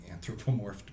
anthropomorphed